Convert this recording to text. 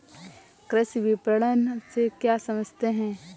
कृषि विपणन से क्या समझते हैं?